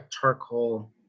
charcoal